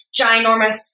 ginormous